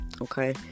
okay